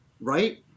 right